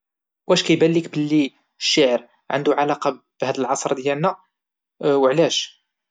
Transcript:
واش كيباليك بلي الشعر عندو علاقة بهاد العصر ديالنا وعلاش؟